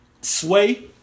Sway